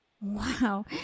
Wow